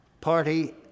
Party